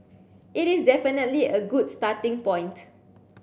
it is definitely a good starting point